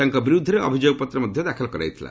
ତାଙ୍କ ବିରୁଦ୍ଧରେ ଅଭିଯୋଗପତ୍ର ମଧ୍ୟ ଦାଖଲ କରାଯାଇଥିଲା